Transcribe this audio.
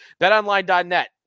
Betonline.net